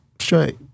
straight